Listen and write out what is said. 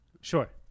Sure